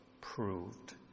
proved